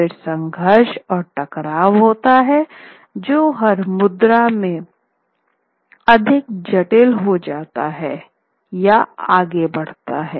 फिर संघर्ष और टकराव होता है जो हर मुद्रा में अधिक जटिल होता जाता है या आगे बढ़ता है